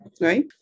right